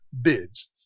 bids